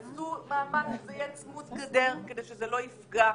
עשו מאמץ שזה יהיה צמוד גדר כדי שזה לא יפגע.